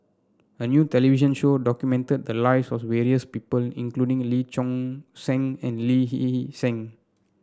a new television show documented the lives of various people including Lee Choon Seng and Lee Hee Seng